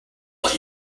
let